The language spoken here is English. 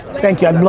thank you, i'd and